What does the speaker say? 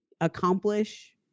accomplish